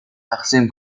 تقسیم